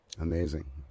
Amazing